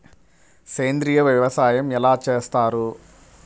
సేంద్రీయ వ్యవసాయం ఎలా చేస్తారు?